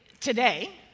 today